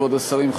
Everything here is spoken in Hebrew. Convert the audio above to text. כבוד השרים,